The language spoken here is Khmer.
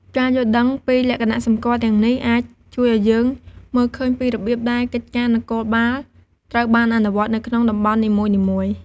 ការយល់ដឹងពីលក្ខណៈសម្គាល់ទាំងនេះអាចជួយឱ្យយើងមើលឃើញពីរបៀបដែលកិច្ចការនគរបាលត្រូវបានអនុវត្តនៅក្នុងតំបន់នីមួយៗ។